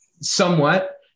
Somewhat